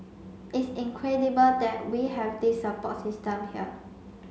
it's incredible that we have this support system here